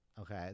Okay